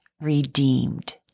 redeemed